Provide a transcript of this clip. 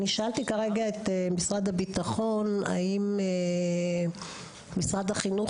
אני שאלתי כרגע את משרד הביטחון האם משרד החינוך